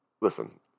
listen